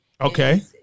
Okay